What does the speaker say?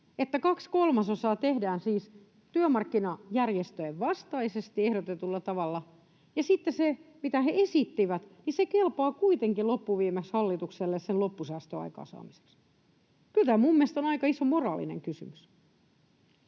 kaksi kolmasosaa tehdään siis työmarkkinajärjestöjen vastaisesti ehdotetulla tavalla ja sitten se, mitä he esittivät, kelpaa kuitenkin loppuviimeksi hallitukselle sen loppusäästön aikaansaamiseksi. Kyllä se minun mielestäni on aika iso moraalinen kysymys.